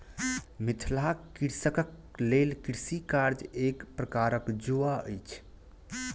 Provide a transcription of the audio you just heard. मिथिलाक कृषकक लेल कृषि कार्य एक प्रकारक जुआ अछि